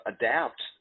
adapt